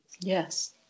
Yes